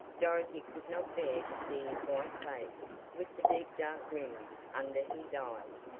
dorothy could not bear to see his white face with the deep dark rings under his eyes.